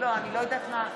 אני אגיד לך מה.